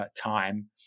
time